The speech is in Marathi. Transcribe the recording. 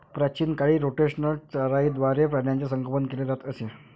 प्राचीन काळी रोटेशनल चराईद्वारे प्राण्यांचे संगोपन केले जात असे